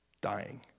dying